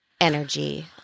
energy